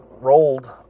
rolled